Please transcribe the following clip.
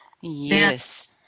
Yes